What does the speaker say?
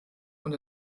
und